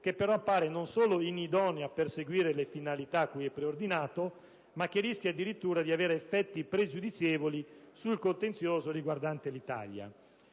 che però non solo pare inidoneo a perseguire le finalità cui è preordinato, ma rischia addirittura di avere effetti pregiudizievoli sul contenzioso riguardante l'Italia.